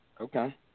Okay